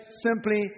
simply